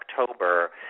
October